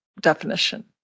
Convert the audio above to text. definition